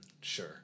sure